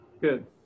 Good